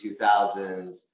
2000s